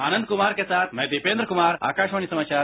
आनंद कुमार के साथ मैं दीपेन्द्र कुमार आकाशवाणी समाचार